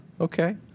Okay